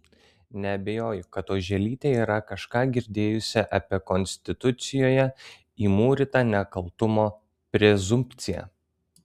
neabejoju kad oželytė yra kažką girdėjusi apie konstitucijoje įmūrytą nekaltumo prezumpciją